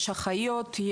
יש אחיות,